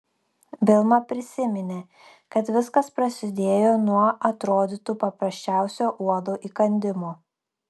vilma prisiminė kad viskas prasidėjo nuo atrodytų paprasčiausio uodo įkandimo